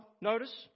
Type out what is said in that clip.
notice